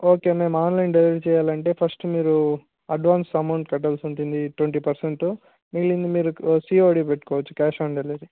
okay మేము online delivery చెయ్యాలి అంటే ఫస్ట్ మీరు అడ్వన్స్గా అమౌంట్ కట్టాలి అంటే మీ ట్వెంటీ పర్సెంటు మిగిలింది మీరు సిఓడి పెట్టుకోచ్చు క్యాష్ ఆన్ డెలివరీ